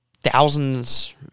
thousands